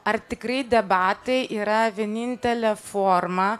ar tikrai debatai yra vienintelė forma